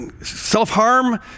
self-harm